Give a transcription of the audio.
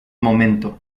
momento